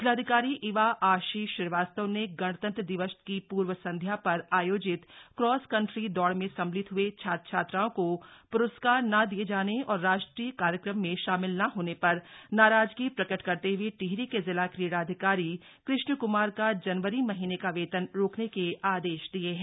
जिलाधिकारी इवा आशीष श्रीवास्तव ने गणतंत्र दिवस की पूर्व संध्या पर आयोजित क्रॉस कंट्री दौड़ में सम्मिलित हुए छात्र छात्राओं को प्रस्कार न दिए जाने और राष्ट्र कार्यक्रम में शामिल न होने पर नाराजगी प्रकट करते हए टिहरी के जिला क्रीड़ा अधिकारी कृष्ण क्मार का जनवरी महीने का वेतन रोकने के आदेश दिए हैं